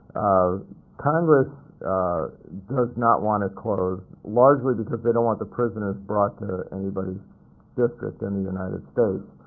congress does not want to close largely because they don't want the prisoners brought to anybody's district in the united states.